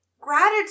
gratitude